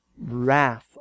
wrath